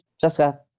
Jessica